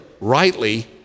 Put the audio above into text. rightly